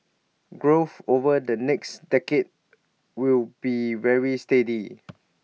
growth over the next decade will be very steady